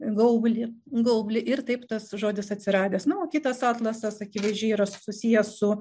gaublį gaublį ir taip tas žodis atsiradęs na o kitas atlasas akivaizdžiai yra susiję su